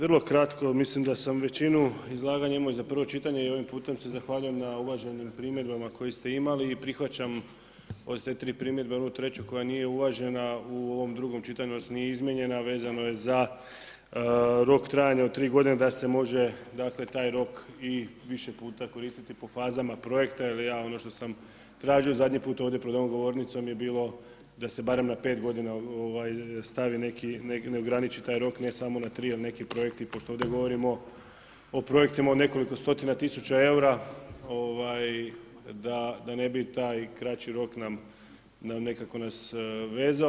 Vrlo kratko mislim da sam većinu izlaganja imao i za prvo čitanje i ovim putem se zahvaljujem na uvaženim primjedbama koje ste imali i prihvaćam od te tri primjedbe onu treću koja nije uvažena u ovom drugom čitanju, odnosno nije izmijenjena a vezano je za rok trajanja od 3 godine da se može dakle taj rok i više pute koristiti po fazama projekta jer ja ono što sam tražio zadnji put ovdje pred ovom govornicom je bilo da se barem na 5 godina stavi neki, ne ograniči taj rok, ne samo na 3, jer neki projekti, pošto ovdje govorimo o projektima od nekoliko stotina tisuća eura da ne bi taj kraći rok nam nekako nas vezao.